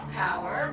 power